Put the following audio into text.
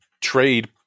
trade